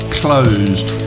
closed